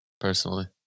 personally